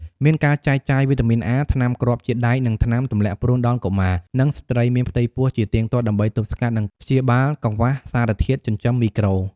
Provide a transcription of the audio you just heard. មានការចែកចាយវីតាមីនអា ថ្នាំគ្រាប់ជាតិដែក និងថ្នាំទម្លាក់ព្រូនដល់កុមារ និងស្ត្រីមានផ្ទៃពោះជាទៀងទាត់ ដើម្បីទប់ស្កាត់ និងព្យាបាលកង្វះសារធាតុចិញ្ចឹមមីក្រូ។